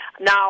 Now